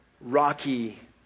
Rocky